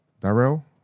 Darrell